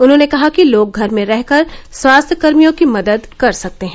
उन्होंने कहा कि लोग घर में रहकर स्वास्थ्य कर्मियों की मदद कर सकते हैं